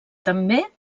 també